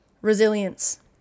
resilience